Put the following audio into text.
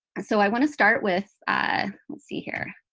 so i want to start with let's see here.